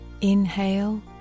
inhale